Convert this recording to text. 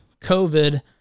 COVID